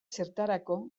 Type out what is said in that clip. zertarako